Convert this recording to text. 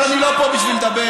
אבל אני לא פה בשביל לדבר,